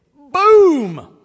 Boom